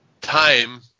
time